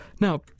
Now